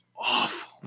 awful